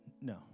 No